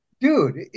dude